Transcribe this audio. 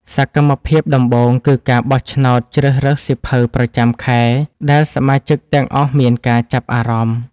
សកម្មភាពដំបូងគឺការបោះឆ្នោតជ្រើសរើសសៀវភៅប្រចាំខែ ដែលសមាជិកទាំងអស់មានការចាប់អារម្មណ៍។